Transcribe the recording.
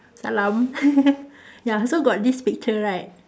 salam ya so got this picture right